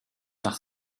nach